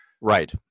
Right